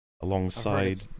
alongside